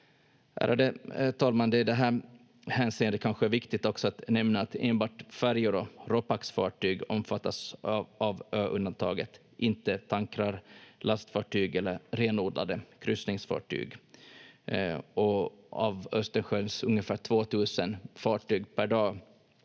kanske också viktigt att nämna att enbart färjor och ropax-fartyg omfattas av ö-undantaget, inte tankrar, lastfartyg eller renodlade kryssningsfartyg. Av Östersjöns ungefär 2 000 fartyg per dag